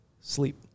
Sleep